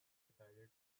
decided